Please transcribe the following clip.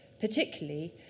particularly